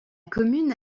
commune